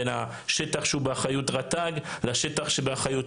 בין השטח שהוא באחריות רט"ג לשטח שבאחריות